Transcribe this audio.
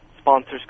sponsors